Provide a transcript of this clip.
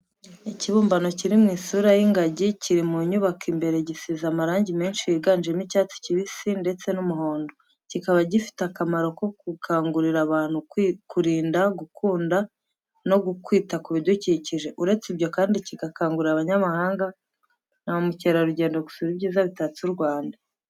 Ikibumbano kiri mu isura y'ingagi kiri mu nyubako imbere gisize amarangi menshi yiganjemo icyatsi kibisi ndetse n'umuhondo. Kikaba gifite akamaro ko gukangurira abantu kurinda, gukunda no kwita ku bidukikije. Uretse ibyo kandi, gikangurira abanyamahanga na ba mukerarugendo gusura ibyiza bitatse u Rwanda.